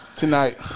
tonight